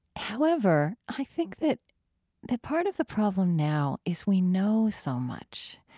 however, i think that the part of the problem now is we know so much.